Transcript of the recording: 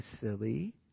silly